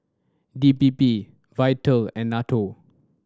D P P Vital and NATO